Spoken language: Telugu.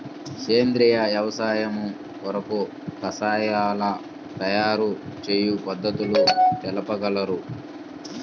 సేంద్రియ వ్యవసాయము కొరకు కషాయాల తయారు చేయు పద్ధతులు తెలుపగలరు?